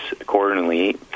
accordingly